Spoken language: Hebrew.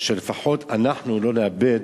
שלפחות אנחנו לא נאבד